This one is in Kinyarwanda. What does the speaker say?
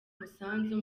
umusanzu